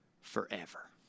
forever